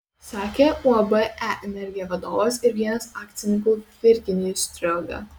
sakė uab e energija vadovas ir vienas akcininkų virginijus strioga